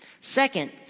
Second